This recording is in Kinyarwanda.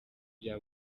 bya